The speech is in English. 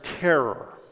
terror